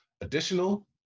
Additional